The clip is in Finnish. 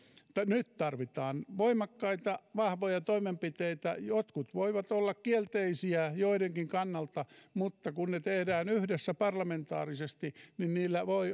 nyt tarvitaan voimakkaita vahvoja toimenpiteitä jotkut voivat olla kielteisiä joidenkin kannalta mutta kun ne tehdään yhdessä parlamentaarisesti niin niillä voi